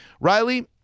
Riley